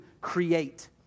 create